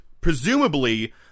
presumably